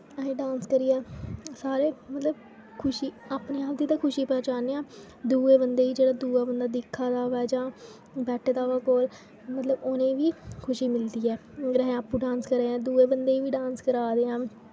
आहें डांस करिये सारे मतलब खुशी अपने आप दी ते खुशी पजाने आ दूऐ बंदे जेह्ड़ा दूआ बंदा दिखा दा होऐ जां बैठे दा होऐ कोल मतलब उनें बी खुशी मिलदी ऐ अगर आहें आपु डांस करे दे आ दूऐ बंदे बी डांस करा दे आं